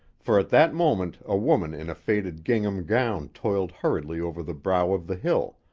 for at that moment a woman in a faded gingham gown toiled hurriedly over the brow of the hill,